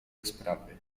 rozprawy